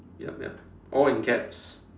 yup yup all in caps